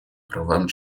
правам